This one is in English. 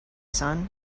son